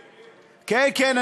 כן, כן.